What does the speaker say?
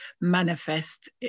manifest